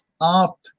up